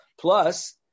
Plus